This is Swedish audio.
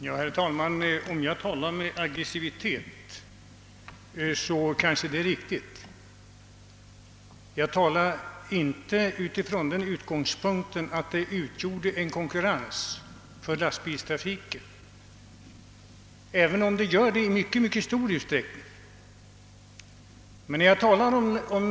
Herr talman! Herr Lothigius sade att jag uttryckte mig aggressivt. Det kanske jag gjorde. Jag talade inte från uigångspunkten ait traktorer utgör en konkurrens för lastbilstrafiken, även om detta i mycket stor utsträckning är fallet.